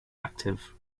active